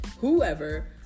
Whoever